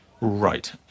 Right